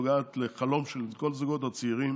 נוגע לחלום של כל הזוגות הצעירים